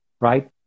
right